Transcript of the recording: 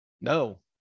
No